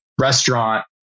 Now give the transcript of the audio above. restaurant